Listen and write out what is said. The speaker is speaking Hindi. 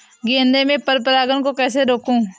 गेंदा में पर परागन को कैसे रोकुं?